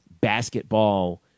basketball